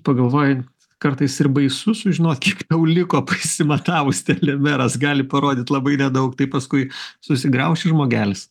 pagalvoji kartais ir baisu sužinot kiek tau liko pasimatavus telemeras gali parodyt labai nedaug tai paskui susigrauši žmogelis